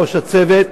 ראש הצוות,